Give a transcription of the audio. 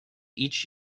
each